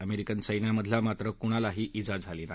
American सच्यामधे मात्र कुणालाही ईजा झाली नाही